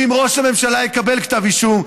שאם ראש הממשלה יקבל כתב אישום,